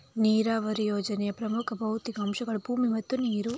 ನೀರಾವರಿ ಯೋಜನೆಯ ಪ್ರಮುಖ ಭೌತಿಕ ಅಂಶಗಳು ಭೂಮಿ ಮತ್ತು ನೀರು